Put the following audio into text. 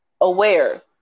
aware